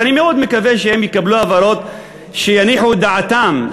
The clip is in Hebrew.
ואני מאוד מקווה שהם יקבלו הבהרות שיניחו את דעתם,